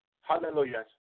Hallelujah